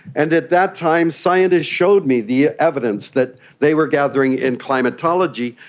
and at that time scientists showed me the evidence that they were gathering in climatology.